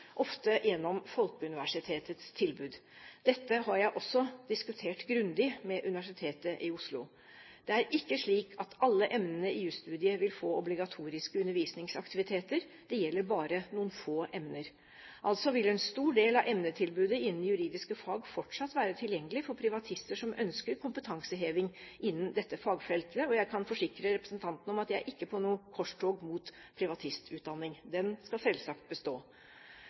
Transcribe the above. ofte gjennom Folkeuniversitetets tilbud. Dette har jeg også diskutert grundig med Universitetet i Oslo. Det er ikke slik at alle emnene i jusstudiet vil få obligatoriske undervisningsaktiviteter, det gjelder bare noen få emner. Altså vil en stor del av emnetilbudet innen juridiske fag fortsatt være tilgjengelig for privatister som ønsker kompetanseheving innen dette fagfeltet, og jeg kan forsikre representanten om at jeg ikke er på noe korstog mot privatistutdanningen. Den skal selvsagt bestå.